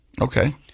Okay